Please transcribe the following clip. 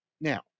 now